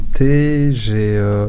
j'ai